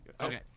Okay